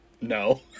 no